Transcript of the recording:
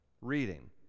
reading